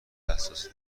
حساسی